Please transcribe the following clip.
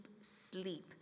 sleep